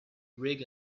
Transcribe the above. rig